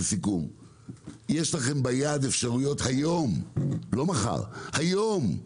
יש לכם ביד אפשרויות היום, לא מחר, היום,